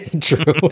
True